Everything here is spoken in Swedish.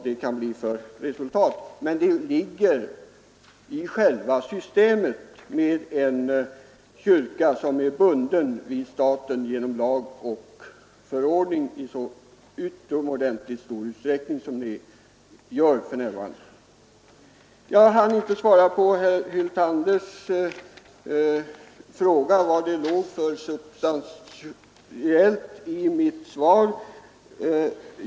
De nämnda konsekvenserna är en följd av själva systemet med en kyrka som är bunden vid staten genom lag och förordning i så utomordentligt stor utsträckning som för närvarande är fallet. Jag hann inte svara på herr Hyltanders fråga om det substantiella innehållet i mitt svar.